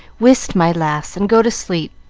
whist, my lass, and go to sleep.